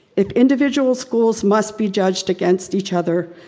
if individual schools must be judged against each other,